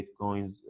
bitcoins